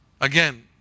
Again